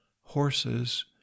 horses